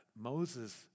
Moses